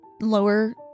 lower